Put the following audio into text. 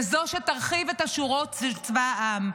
כזאת שתרחיב את השורות של צבא העם,